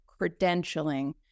credentialing